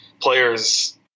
players –